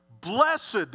Blessed